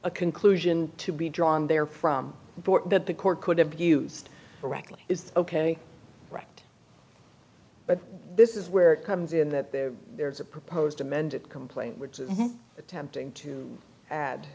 a conclusion to be drawn there from that the court could have used correctly is ok right but this is where it comes in that there's a proposed d amended complaint attempting to add